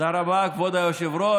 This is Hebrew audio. תודה רבה, כבוד היושב-ראש.